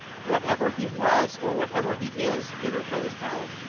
whatever he was, or whatever he is, interposed harold,